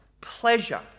pleasure